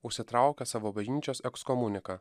užsitraukė savo bažnyčios ekskomuniką